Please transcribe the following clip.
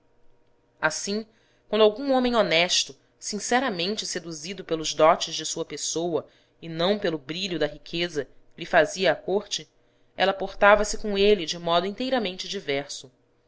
assim quando algum homem honesto sinceramente seduzido pelos dotes de sua pessoa e não pelo brilho da riqueza lhe fazia a corte ela portava se com ele de modo inteiramente diverso